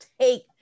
take